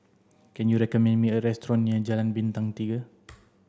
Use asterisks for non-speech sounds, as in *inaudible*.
can you recommend me a restaurant near Jalan Bintang Tiga *noise*